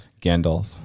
Gandalf